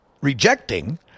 rejecting